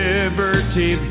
Liberty